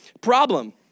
problem